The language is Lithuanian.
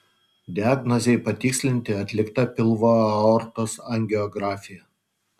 diagnozei patikslinti atlikta pilvo aortos angiografija